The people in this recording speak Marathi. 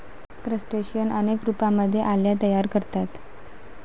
क्रस्टेशियन अनेक रूपांमध्ये अळ्या तयार करतात